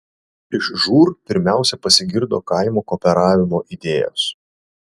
iš žūr pirmiausia pasigirdo kaimo kooperavimo idėjos